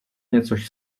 niecoś